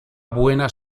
buena